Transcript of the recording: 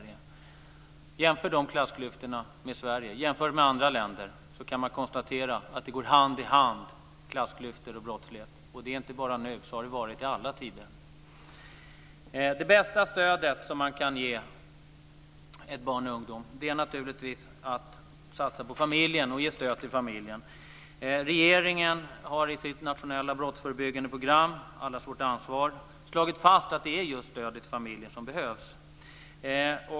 Jämför man klassklyftorna där med Sveriges och andra länders kan man konstatera att klassklyftor och brottslighet går hand i hand. Så är det inte bara nu. Så har det varit i alla tider. Det bästa stöd som man kan ge barn och ungdomar är naturligtvis att satsa på och ge stöd till familjen. Regeringen har i sitt nationella brottsförebyggande program, Allas vårt ansvar, slagit fast att det är just stöd till familjer som behövs.